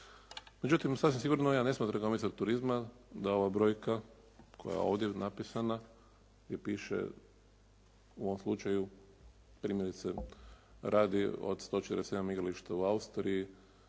Međutim, sastavim sigurno ja ne smatram kao izvorom turizma da ova brojka koja je ovdje napisana, gdje piše u ovom slučaju primjerice radi od 147 igrališta u Austriji,